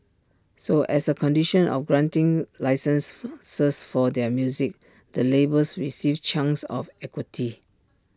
so as A condition of granting licences for their music the labels received chunks of equity